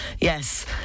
Yes